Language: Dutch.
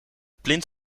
plint